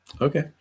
Okay